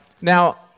Now